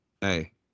hey